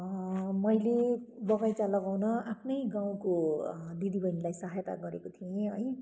मैले बगैँचा लगाउन आफ्नै गाउँको दिदीबहिनीलाई सहायता गरेको थिएँ है